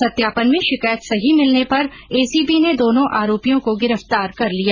सत्यापन में शिकायत सही मिलने पर एसीबी ने दोनो आरोपियों को गिरफ्तार कर लिया